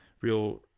real